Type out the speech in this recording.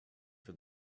for